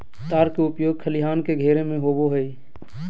तार के उपयोग खलिहान के घेरे में होबो हइ